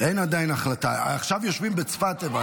אין עדיין החלטה, הבנתי.